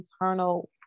internal